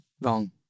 wrong